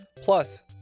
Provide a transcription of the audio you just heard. plus